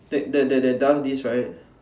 that that that that does this right